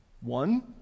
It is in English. one